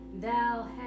Thou